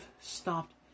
stopped